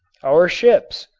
our ships,